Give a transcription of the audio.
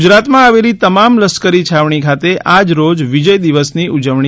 ગુજરાતમાં આવેલી તમામ લશ્કરી છાવણી ખાતે આજ રોજ વિજય દિવસની ઉજવણી